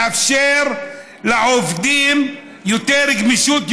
לאפשר לעובדים יותר גמישות,